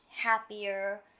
happier